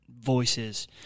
voices